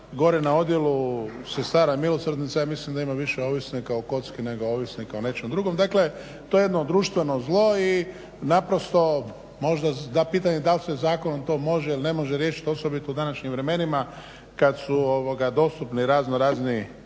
gore na Odijelu Sestara Milosrdnica ja mislim da ima više ovisnika o kocki nego ovisnika o nečem drugom. Dakle to je jedno društveno zlo i pitanje da li se zakonom to može ili ne može riješiti osobito u današnjim vremenima kada su dostupni raznorazni